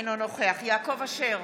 אינו נוכח יעקב אשר,